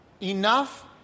Enough